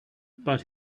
but